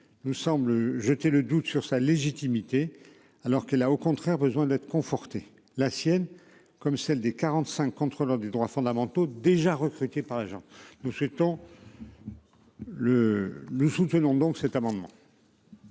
nous semble jeter le doute sur sa légitimité. Alors qu'elle a au contraire besoin d'être conforté la sienne comme celle des 45 contre l'un des droits fondamentaux déjà recruté par l'nous souhaitons. Le nous soutenons donc cet amendement.